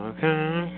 Okay